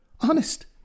Honest